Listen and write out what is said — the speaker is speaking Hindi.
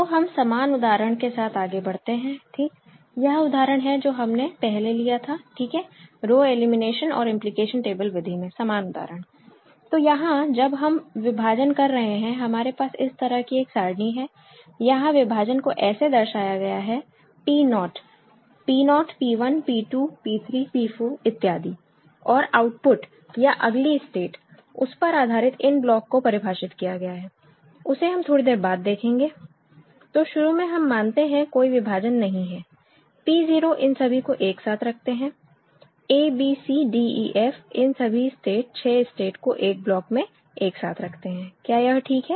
तो हम समान उदाहरण के साथ आगे बढ़ते हैं ठीक यह उदाहरण है जो हमने पहले लिया था ठीक है रो एलिमिनेशन और इंप्लीकेशन टेबल विधि में समान उदाहरण तो यहां जब हम विभाजन कर रहे हैं हमारे पास इस तरह की एक सारणी है यहां विभाजन को ऐसे दर्शाया गया है P not P0 P1 P2 P3 P4 इत्यादि और आउटपुट या अगली स्टेट उस पर आधारित इन ब्लॉक को परिभाषित किया गया है उसे हम थोड़ी देर बाद देखेंगे तो शुरू में हम मानते हैं कोई विभाजन नहीं है P0 इन सभी को एक साथ रखते हैं a b c d e f इन सभी स्टेट छह स्टेट को एक ब्लॉक में एक साथ रखते हैं क्या यह ठीक है